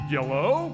Yellow